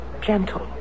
gentle